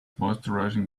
moisturising